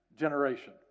generation